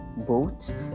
boat